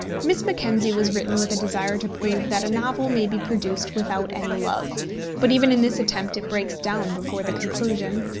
miss mackenzie was written with a desire to prove that a novel may be produced without any love but even in this attempt it breaks down before the conclusion.